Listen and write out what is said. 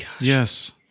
Yes